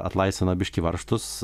atlaisvina biškį varžtus